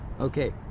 Okay